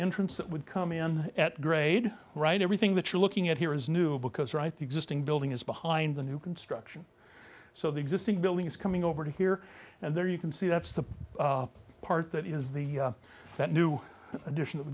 entrance that would come in at grade right everything that you're looking at here is new because right the existing building is behind the new construction so the existing building is coming over here and there you can see that's the part that is the that new addition of